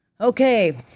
Okay